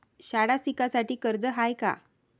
शाळा शिकासाठी कर्ज हाय का?